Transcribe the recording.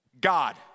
God